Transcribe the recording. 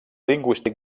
lingüístic